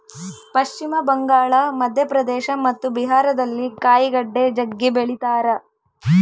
ಪಶ್ಚಿಮ ಬಂಗಾಳ, ಮಧ್ಯಪ್ರದೇಶ ಮತ್ತು ಬಿಹಾರದಲ್ಲಿ ಕಾಯಿಗಡ್ಡೆ ಜಗ್ಗಿ ಬೆಳಿತಾರ